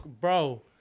bro